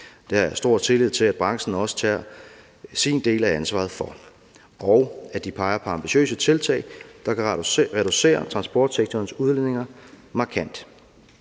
har jeg stor tillid til at branchen også tager sin del af ansvaret for, og at de peger på ambitiøse tiltag, der kan reducere transportsektorens udledninger markant.